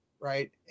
Right